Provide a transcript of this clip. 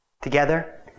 Together